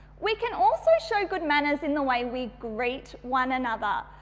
we can also show good manners in the way we greet one another.